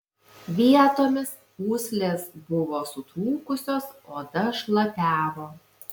vietomis pūslės buvo sutrūkusios oda šlapiavo